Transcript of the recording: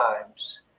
times